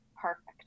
perfect